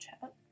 chat